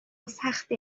سخته